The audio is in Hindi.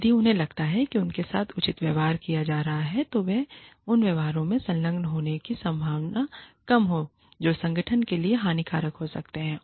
यदि उन्हें लगता है कि उनके साथ उचित व्यवहार किया जा रहा है तो वे उन व्यवहारों में संलग्न होने की संभावना कम है जो संगठन के लिए हानिकारक हो सकते हैं